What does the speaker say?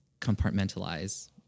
compartmentalize